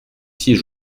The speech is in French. six